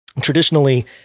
Traditionally